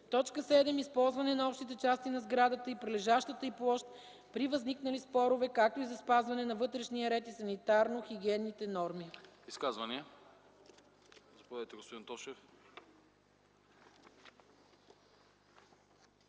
7. използване на общите части на сградата и прилежащата й площ при възникнали спорове, както и за спазване на вътрешния ред и санитарно-хигиенните норми.”